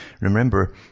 Remember